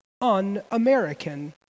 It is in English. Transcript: un-American